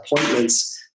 appointments